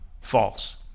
false